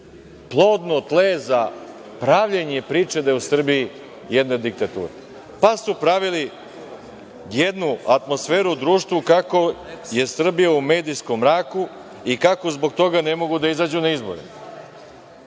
plodno tle za pravljenje priče da je u Srbiji jedna diktatura. Pravili su jednu atmosferu u društvu kako je Srbija u medijskom mraku i kako zbog toga ne mogu da izađu na izbore.